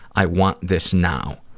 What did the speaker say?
i want this now.